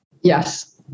yes